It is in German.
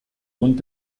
bund